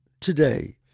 Today